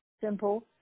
simple